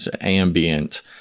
ambient